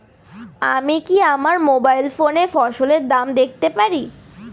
আমি কি আমার মোবাইল ফোনে ফসলের দাম দেখতে পারি?